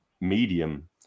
medium